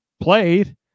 played